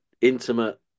intimate